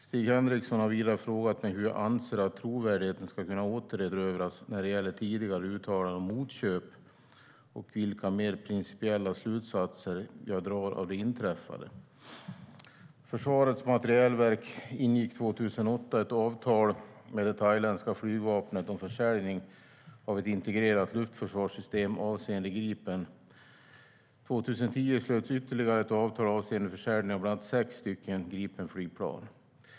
Stig Henriksson har vidare frågat hur jag anser att trovärdigheten ska kunna återerövras när det gäller tidigare uttalanden om motköp och vilka mer principiella slutsatser jag drar av det inträffade. Försvarets materielverk ingick 2008 ett avtal med det thailändska flygvapnet om försäljning av ett integrerat luftförsvarssystem avseende Gripen. År 2010 slöts ytterligare ett avtal avseende försäljning av bland annat sex stycken Gripenflygplan.